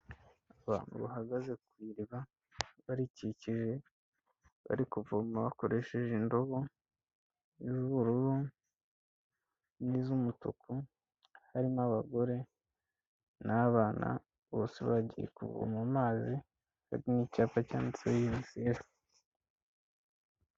Abantu bahagaze ku iriba barikikije, bari kuvoma bakoresheje indobo iz'ubururu n'iz'umutuku, harimo abagore n'abana, bose bagiye kuvoma amazi hari n'icyapa cyanditseho Unicef.